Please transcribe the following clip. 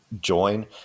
join